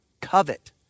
covet